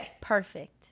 Perfect